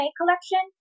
collection